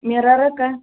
മിററക്കെ